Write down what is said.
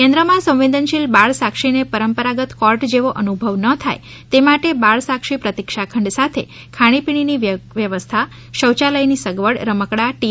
કેન્દ્રમાં સંવેદનશીલ બાળસાક્ષીને પરંપરાગત કોર્ટ જેવો અનુભવ ન થાય તે માટે બાળસાક્ષી પ્રતિક્ષાખંડ સાથ ખાણીપીણીની જગ્યા શૌચાલયની સગવડ રમકડાં ટી